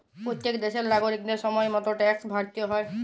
প্যত্তেক দ্যাশের লাগরিকদের সময় মত ট্যাক্সট ভ্যরতে হ্যয়